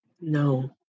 No